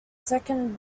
second